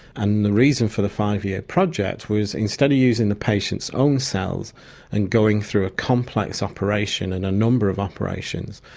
and the reason for the five-year project was instead of using the patient's own cells and going through a complex operation and a number of operations,